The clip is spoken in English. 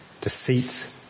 deceit